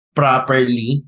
properly